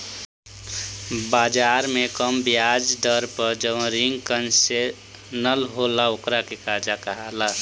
बाजार से कम ब्याज दर पर जवन रिंग कंसेशनल होला ओकरा के कर्जा कहाला